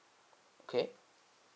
okay